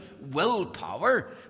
willpower